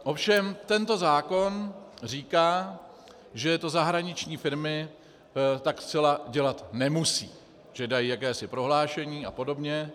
Ovšem tento zákon říká, že to zahraniční firmy tak zcela dělat nemusí, že dají jakési prohlášení a podobně.